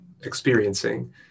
experiencing